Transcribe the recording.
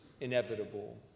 inevitable